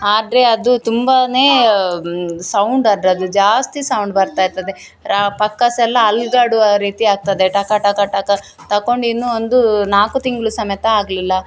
ಆದರೆ ಅದು ತುಂಬಾ ಸೌಂಡ್ ಅದರದ್ದು ಜಾಸ್ತಿ ಸೌಂಡ್ ಬರ್ತಾ ಇರ್ತದೆ ಆ ಪಕ್ಕಾಸೆಲ್ಲ ಅಲುಗಾಡುವ ರೀತಿ ಆಗ್ತದೆ ಟಕ ಟಕ ಟಕ ತಕೊಂಡು ಇನ್ನೂ ಒಂದು ನಾಲ್ಕು ತಿಂಗಳು ಸಮೇತ ಆಗಲಿಲ್ಲ